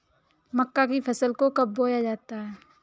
मक्का की फसल को कब बोया जाता है?